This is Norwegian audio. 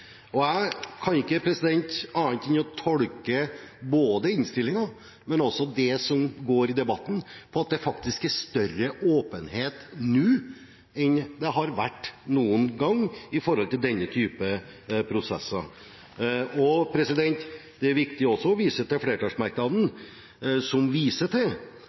og jeg kan ikke annet enn å tolke både innstillingen og debatten slik at det faktisk er større åpenhet nå enn det har vært noen gang i forhold til denne typen prosesser. Det er også viktig å vise til flertallsmerknaden, hvor flertallet sier at «Stortinget orienteres om pågående forhandlingsprosesser gjennom etablerte kanaler og viser til